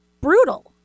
brutal